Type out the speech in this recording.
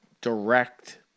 direct